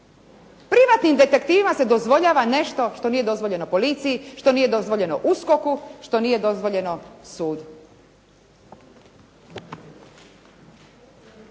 Privatnim detektivima se dozvoljava nešto što nije dozvoljeno policiji, što nije dozvoljeno USKOK-u, što nije dozvoljeno sudu.